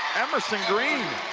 emerson green.